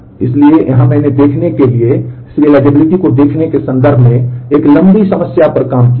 इसलिए यहां मैंने यह देखने के लिए क्रमबद्धता को देखने के संदर्भ में एक लंबी समस्या पर काम किया है